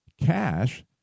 Cash